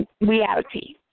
reality